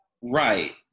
Right